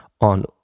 on